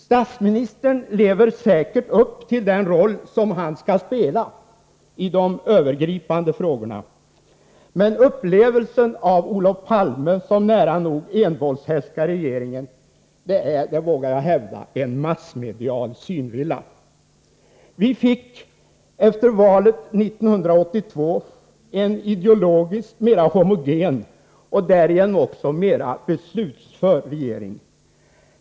Statsministern lever säkert upp till den roll som han skall spela i de övergripande frågorna. Men upplevelsen av Olof Palme som nära nog envåldshärskare i regeringen är, vågar jag hävda, en massmedial synvilla. Vi fick efter valet 1982 en ideologiskt mera homogen och därigenom mera beslutsför regering.